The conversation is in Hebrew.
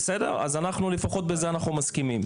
אז לפחות בזה אנחנו מסכימים.